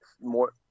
more